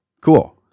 cool